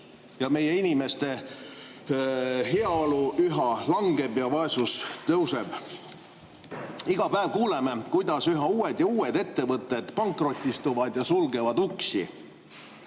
Meie inimeste heaolu üha langeb ja vaesus suureneb. Iga päev kuuleme, kuidas üha uued ja uued ettevõtted pankrotistuvad ja sulgevad uksi.